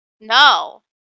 No